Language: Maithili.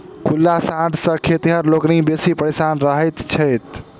खुल्ला साँढ़ सॅ खेतिहर लोकनि बेसी परेशान रहैत छथि